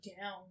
down